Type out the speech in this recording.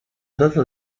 data